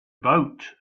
boat